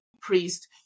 priest